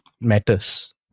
matters